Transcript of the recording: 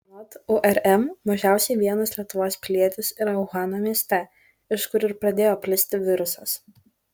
anot urm mažiausiai vienas lietuvos pilietis yra uhano mieste iš kur ir pradėjo plisti virusas